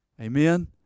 Amen